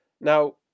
now